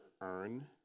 earn